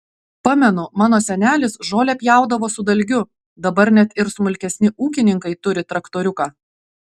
pamenu mano senelis žolę pjaudavo su dalgiu dabar net ir smulkesni ūkininkai turi traktoriuką